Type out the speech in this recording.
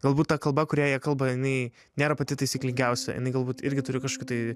galbūt ta kalba kuria jie kalba jinai nėra pati taisyklingiausia jinai galbūt irgi turi kažkokių tai